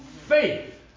faith